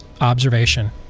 observation